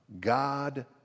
God